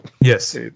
Yes